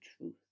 truth